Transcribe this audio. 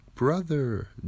Brother